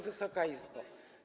Wysoka Izbo!